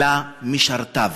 אלא משרתיו.